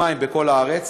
למים בכל הארץ,